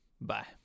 Bye